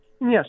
yes